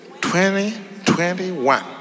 2021